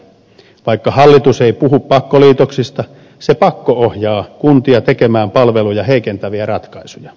vaikka hallitus ei puhu pakkoliitoksista se pakko ohjaa kuntia tekemään palveluja heikentäviä ratkaisuja